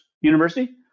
University